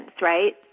right